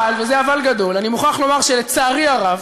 אבל, וזה אבל גדול, אני מוכרח לומר שלצערי הרב